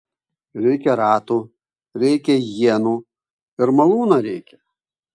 reikia ratų reikia ienų ir malūno reikia